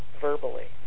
verbally